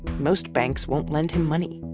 most banks won't lend him money,